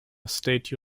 state